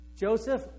Joseph